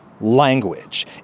language